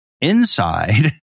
inside